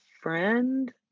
friend